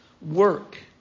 work